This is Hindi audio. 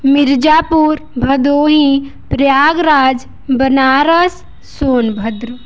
मिर्ज़ापुर भदोही प्रयागराज बनारस सोनभद्र